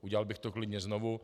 Udělal bych to klidně znovu.